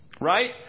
right